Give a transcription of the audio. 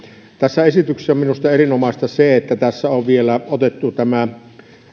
tässä esityksessä on minusta erinomaista se että tässä on vielä otettu